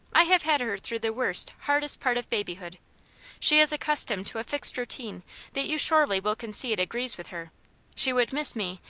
i have had her through the worst, hardest part of babyhood she is accustomed to a fixed routine that you surely will concede agrees with her she would miss me,